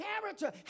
character